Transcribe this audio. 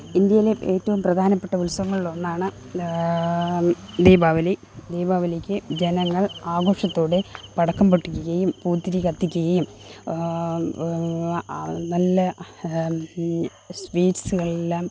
ഇന്ഡ്യയിലെ ഏറ്റവും പ്രധാനപ്പെട്ട ഉത്സവങ്ങളിലൊന്നാണ് ദീപാവലി ദീപാവലിക്ക് ജനങ്ങള് ആഘോഷത്തോടെ പടക്കം പൊട്ടിക്കുകയും പൂത്തിരി കത്തിക്കുകയും ആ നല്ല സ്വീറ്റ്സുകളെല്ലാം